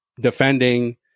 defending